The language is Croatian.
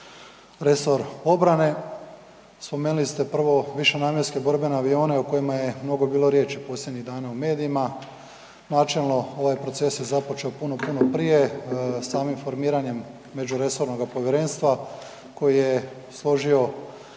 resor obrane. Spomenuli ste prvo višenamjenske borbene avione o kojima je mnogo bilo riječi posljednjih dana u medijima, načelno ovaj proces je započeo puno, puno prije samim formiranjem međuresornoga povjerenstva koje je složio